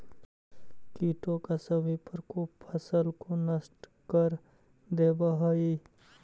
कीटों का भी प्रकोप फसल को नष्ट कर देवअ हई